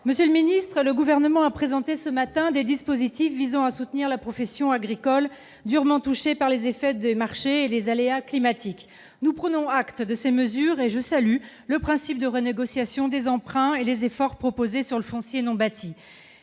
Monsieur le ministre, le Gouvernement a présenté ce matin des dispositifs visant à soutenir la profession agricole, durement touchée par les effets de marché et les aléas climatiques. Nous prenons acte de ces mesures, et je salue le principe de renégociation des emprunts, ainsi que les efforts proposés sur le foncier non bâti.